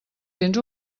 tens